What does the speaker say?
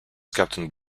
captained